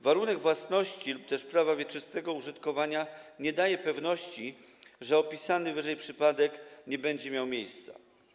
Warunek własności lub też prawa wieczystego użytkowania nie daje pewności, że opisany wyżej przypadek nie będzie miał miejsca.